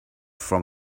from